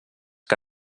que